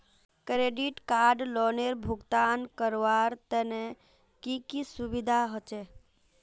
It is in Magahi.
क्रेडिट कार्ड लोनेर भुगतान करवार तने की की सुविधा होचे??